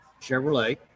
Chevrolet